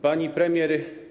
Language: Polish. Pani Premier!